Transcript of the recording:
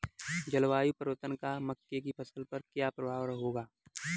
जलवायु परिवर्तन का मक्के की फसल पर क्या प्रभाव होगा?